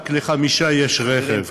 רק לחמישה יש רכב,